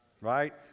Right